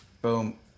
Boom